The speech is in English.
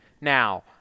Now